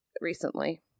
recently